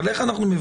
אבל אנחנו לא